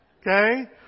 okay